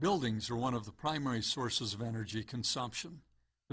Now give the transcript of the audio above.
buildings or one of the primary sources of energy consumption there